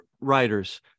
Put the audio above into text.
writers